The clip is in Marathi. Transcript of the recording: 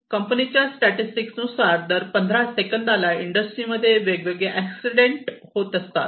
या कंपनीच्या स्टॅटिस्टिक्स नुसार दर पंधरा सेकंदाला इंडस्ट्रीमध्ये हे वेगवेगळे एक्सीडेंट होत असतात